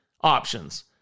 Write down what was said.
options